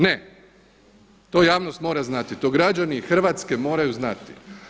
Ne, to javnost mora znati, to građani Hrvatske moraju znati.